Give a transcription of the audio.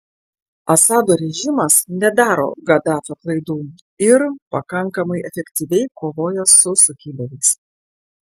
assado režimas nedaro gaddafio klaidų ir pakankamai efektyviai kovoja su sukilėliais